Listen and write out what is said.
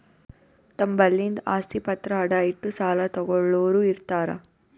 ತಮ್ ಬಲ್ಲಿಂದ್ ಆಸ್ತಿ ಪತ್ರ ಅಡ ಇಟ್ಟು ಸಾಲ ತಗೋಳ್ಳೋರ್ ಇರ್ತಾರ